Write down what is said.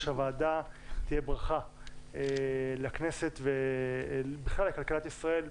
הוועדה תהיה ברכה לכנסת ובכלל לכלכלת ישראל.